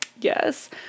Yes